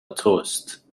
توست